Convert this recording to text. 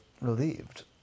relieved